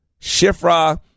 Shifra